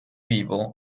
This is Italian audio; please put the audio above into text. vivo